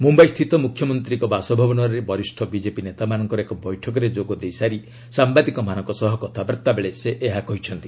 ମ୍ରମ୍ଭାଇ ସ୍ଥିତ ମ୍ରମ୍ୟମନ୍ତ୍ରୀଙ୍କ ବାସଭବନରେ ବରିଷ୍ଠ ବିଜେପି ନେତାମାନଙ୍କର ଏକ ବୈଠକରେ ଯୋଗ ଦେଇସାରି ସାମ୍ବାଦିକମାନଙ୍କ ସହ କଥାବାର୍ତ୍ତା ବେଳେ ସେ ଏହା କହିଛନ୍ତି